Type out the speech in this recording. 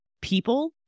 People